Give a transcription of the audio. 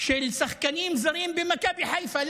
של שחקנים זרים במכבי חיפה.